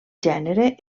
gènere